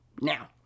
now